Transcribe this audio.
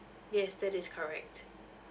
yes that is correct